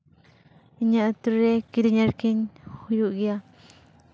ᱤᱧᱟᱹᱜ ᱟᱛᱳᱨᱮ ᱠᱤᱨᱤᱧ ᱟᱹᱠᱷᱨᱤᱧ ᱦᱩᱭᱩᱜ ᱜᱮᱭᱟ